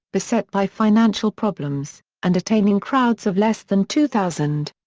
beset by financial problems, and attaining crowds of less than two thousand.